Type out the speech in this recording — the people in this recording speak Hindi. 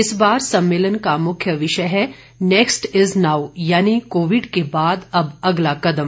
इस बार सम्मेलन का मुख्य विषय है नेक्स्ट इज नाओ यानी कोविड के बाद अब अगला कदम